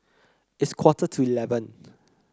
its quarter to eleven